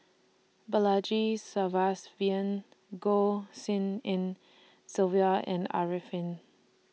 Balaji Sadasivan Goh Tshin En Sylvia and Arifin